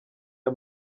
aya